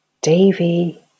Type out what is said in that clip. Davy